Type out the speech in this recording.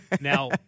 Now